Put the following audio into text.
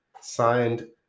signed